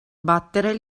battere